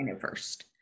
first